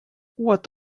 what